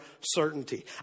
certainty